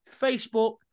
Facebook